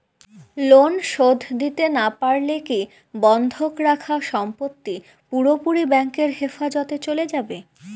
Loan শোধ না দিতে পারলে কি বন্ধক রাখা সম্পত্তি পুরোপুরি ব্যাংকের হেফাজতে চলে যাবে?